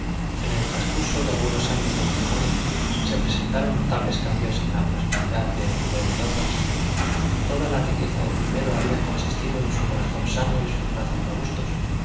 en el transcurso de algunos años de matrimonio se presentaron notables cambios en la prosperidad de rubén y dorcas toda la riqueza del primero había consistido en su corazón sano y sus brazos robustos